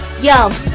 Yo